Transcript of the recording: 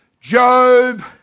Job